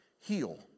heal